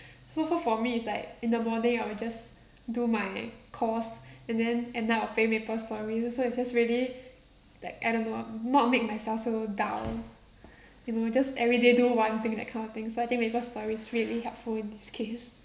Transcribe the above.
so far for me it's like in the morning I will just do my course and then end up of playing maple story so it's just really like I don't know ah not make myself so down you know just everyday do one thing that kind of thing so I think maple story is really helpful in this case